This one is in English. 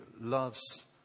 loves